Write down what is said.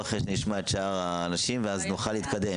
אחרי שנשמע את שאר האנשים ואז נוכל להתקדם.